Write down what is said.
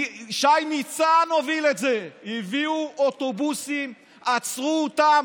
שי ניצן הוביל את זה: הביאו אוטובוסים, עצרו אותן